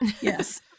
Yes